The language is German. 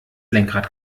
lenkrad